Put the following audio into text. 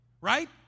right